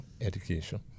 education